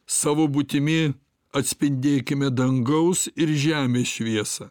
savo būtimi atspindėkime dangaus ir žemės šviesą